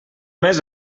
més